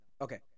Okay